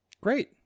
Great